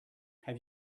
have